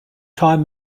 time